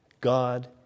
God